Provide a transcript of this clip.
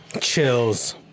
Chills